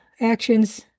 actions